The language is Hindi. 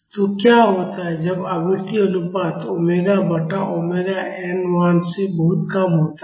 तो क्या होता है जब आवृत्ति अनुपात ओमेगा बटा ओमेगा n 1 से बहुत कम होता है